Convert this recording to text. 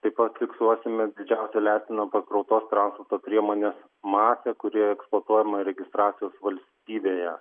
taip pat fiksuosime didžiausią leistiną pakrautos transporto priemonės masę kuri eksploatuojama registracijos valstybėje